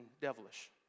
devilish